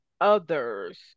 others